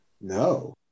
no